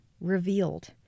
revealed